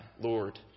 Lord